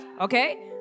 Okay